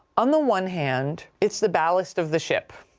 on the one hand, it's the ballast of the ship.